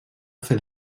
fer